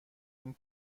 این